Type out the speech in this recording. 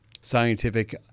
Scientific